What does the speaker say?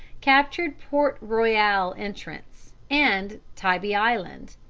captured port royal entrance and tybee island.